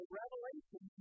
revelation